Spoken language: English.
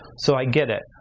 so i get it.